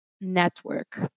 network